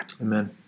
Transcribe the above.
Amen